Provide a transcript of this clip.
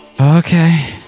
Okay